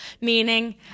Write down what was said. meaning